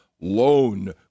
loan